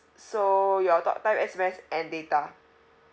so your talk time S_M_S and data